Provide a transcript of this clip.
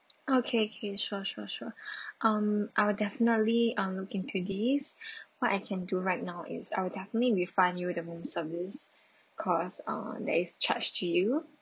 okay okay sure sure sure um I'll definitely um look into this what I can do right now is I'll definitely refund you the room service cost uh that is charge to you